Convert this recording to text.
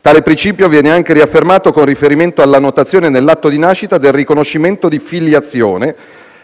Tale principio viene anche riaffermato con riferimento alla notazione nell'atto di nascita del riconoscimento di filiazione,